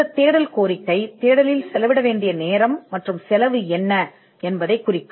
இந்த தேடல் கோரிக்கை தேடலில் செலவிட வேண்டிய நேரம் மற்றும் செலவு என்ன என்பதைக் குறிக்கும்